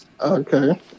Okay